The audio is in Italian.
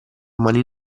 mani